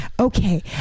Okay